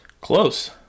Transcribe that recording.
Close